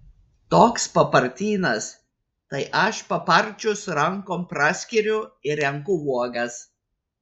toks papartynas tai aš paparčius rankom praskiriu ir renku uogas